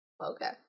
Okay